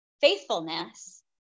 faithfulness